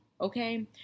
okay